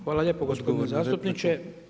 Hvala lijepo gospodine zastupniče.